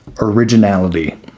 originality